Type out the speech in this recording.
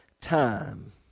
time